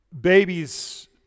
Babies